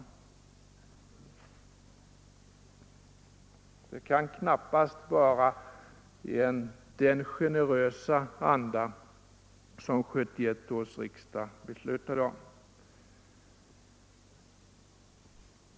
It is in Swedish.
Det kan knappast vara den generösa anda som 1971 års riksdag beslöt om.